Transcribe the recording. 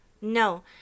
No